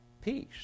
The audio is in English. Peace